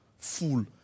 full